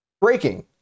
Breaking